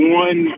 one